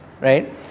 right